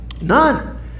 None